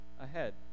ahead